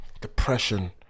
Depression